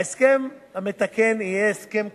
ההסכם המתקן יהיה הסכם קיבוצי,